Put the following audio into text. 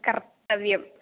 कर्तव्यम्